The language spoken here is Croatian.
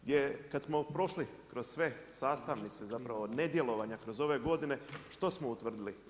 Gdje kad smo prošli kroz sve sastavnice zapravo ne djelovanja kroz ove godine, što smo utvrdili?